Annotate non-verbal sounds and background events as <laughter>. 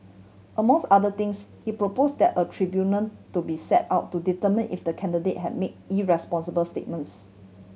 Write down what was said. among <unintelligible> other things he propose that a tribunal to be set out to determine if the candidate have made irresponsible statements